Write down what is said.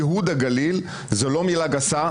ייהוד הגליל זה לא מילה גסה,